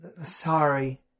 Sorry